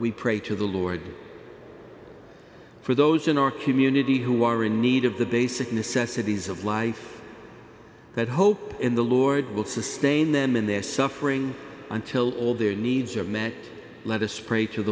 we pray to the lord for those in our community who are in need of the basic necessities of life that hope in the lord will sustain them in their suffering until all their needs are met let us pra